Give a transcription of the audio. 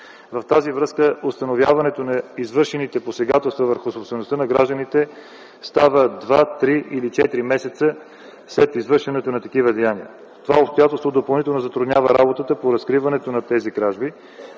В тази връзка установяването на извършените посегателства върху собствеността на гражданите става два, три или четири месеца след извършването на такива деяния. Това обстоятелство допълнително затруднява работата по разкриването на тези кражби,